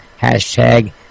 hashtag